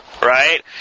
Right